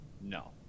No